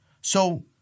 So-